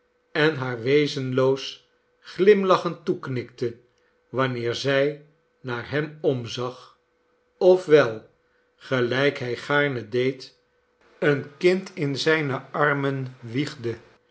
en haar wezenloos glimlachend toeknikte wanneer zij naar hem omzag of wel gelijk hij gaarne deed een kind in zijne armen wiegde